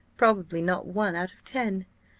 probably not one out of ten.